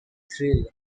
thrill